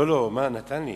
הוא נתן לי.